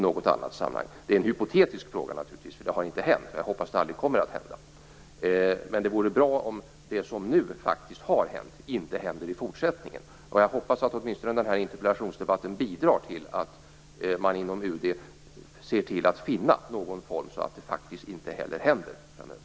Det är naturligtvis en hypotetisk fråga eftersom det inte har hänt, och jag hoppas att det aldrig kommer att hända. Men det vore bra om det som nu faktiskt har hänt inte händer i fortsättningen. Och jag hoppas att åtministone den här interpellationsdebatten bidrar till att man inom UD ser till att finna någon form så att det inte heller händer framöver.